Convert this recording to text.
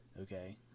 Okay